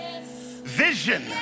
vision